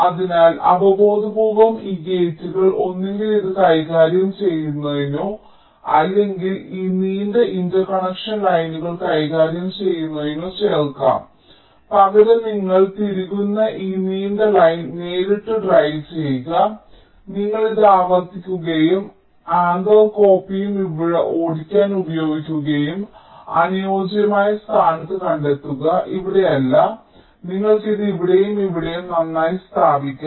അതിനാൽ അവബോധപൂർവ്വം ഈ ഗേറ്റുകൾ ഒന്നുകിൽ ഇത് കൈകാര്യം ചെയ്യുന്നതിനോ അല്ലെങ്കിൽ ഈ നീണ്ട ഇന്റർകണക്ഷൻ ലൈനുകൾ കൈകാര്യം ചെയ്യുന്നതിനോ ചേർക്കാം പകരം നിങ്ങൾ തിരുകുന്ന ഈ നീണ്ട ലൈൻ നേരിട്ട് ഡ്രൈവ് ചെയ്യുക നിങ്ങൾ ഇത് ആവർത്തിക്കുകയും ആന്തർ കോപ്പിയും ഇവ ഓടിക്കാൻ ഉപയോഗിക്കും അനുയോജ്യമായ സ്ഥാനത്ത് കണ്ടെത്തുക ഇവിടെയല്ല നിങ്ങൾക്ക് അത് ഇവിടെയും ഇവിടെയും നന്നായി സ്ഥാപിക്കാം